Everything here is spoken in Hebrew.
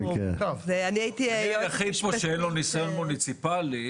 אני היחיד כאן שאין לו ניסיון מוניציפאלי.